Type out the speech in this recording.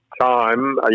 time